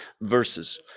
verses